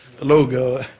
logo